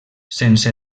sense